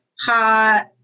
hot